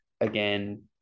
again